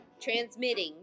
Transmitting